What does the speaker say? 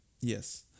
Yes